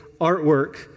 artwork